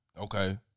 Okay